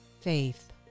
faith